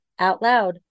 OUTLOUD